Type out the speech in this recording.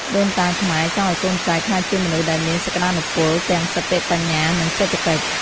ដូនតាខ្មែរចង់ឱ្យកូនចៅក្លាយជាមនុស្សដែលមានសក្តានុពលទាំងសតិបញ្ញា និងសេដ្ឋកិច្ច។